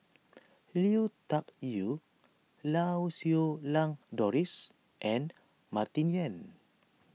Lui Tuck Yew Lau Siew Lang Doris and Martin Yan